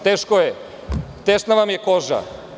Teško je, tesna vam je koža.